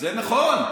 זה נכון,